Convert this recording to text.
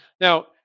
Now